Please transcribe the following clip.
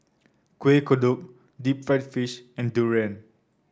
Kueh Kodok Deep Fried Fish and durian